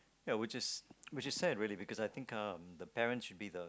ya which is which is sad really because I think uh the parents should be the